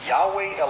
Yahweh